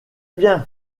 bien